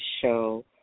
show